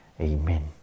Amen